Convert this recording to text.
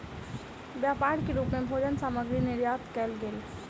व्यापार के रूप मे भोजन सामग्री निर्यात कयल गेल